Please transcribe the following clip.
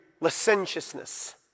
licentiousness